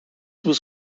was